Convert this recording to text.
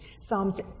Psalms